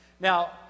Now